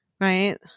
right